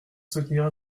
soutenir